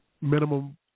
Minimum